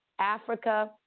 Africa